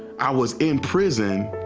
i was in prison,